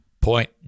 point